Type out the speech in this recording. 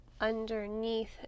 underneath